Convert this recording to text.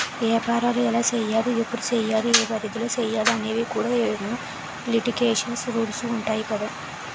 ఏపారాలు ఎలా సెయ్యాలి? ఎప్పుడు సెయ్యాలి? ఏ పరిధిలో సెయ్యాలి అనేవి కూడా ఎన్నో లిటికేషన్స్, రూల్సు ఉంటాయి కదా